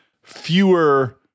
fewer